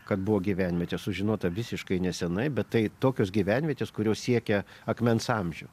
kad buvo gyvenvietė sužinota visiškai neseniai bet tai tokios gyvenvietės kurios siekia akmens amžių